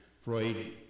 freud